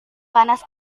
panas